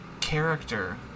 character